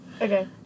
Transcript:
Okay